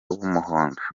w’umuhondo